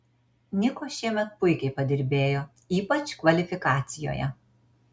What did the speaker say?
niko šiemet puikiai padirbėjo ypač kvalifikacijoje